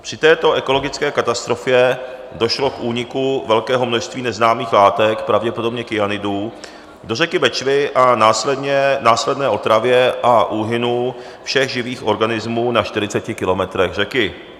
Při této ekologické katastrofě došlo k úniku velkého množství neznámých látek, pravděpodobně kyanidů, do řeky Bečvy a následné otravě a úhynu všech živých organismů na 40 kilometrech řeky.